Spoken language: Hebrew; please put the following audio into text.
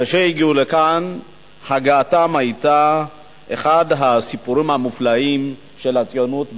כשהגיעו לכאן הגעתם היתה אחד הסיפורים המופלאים של הציונות בת-זמננו.